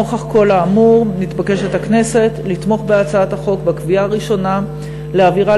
נוכח כל האמור מתבקשת הכנסת לתמוך בהצעת החוק בקריאה הראשונה ולהעבירה